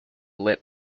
lit